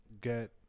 get